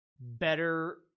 better